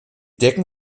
decken